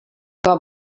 que